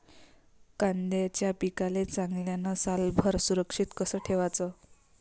कांद्याच्या पिकाले चांगल्यानं सालभर सुरक्षित कस ठेवाचं?